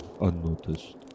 unnoticed